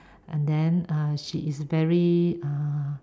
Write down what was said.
and then uh she is very uh